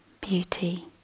beauty